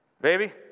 Baby